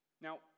Now